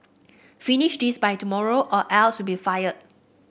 finish this by tomorrow or else you'll be fired